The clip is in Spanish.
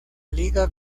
liga